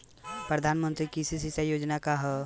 प्रधानमंत्री कृषि सिंचाई योजना का ह?